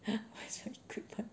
waste my equipment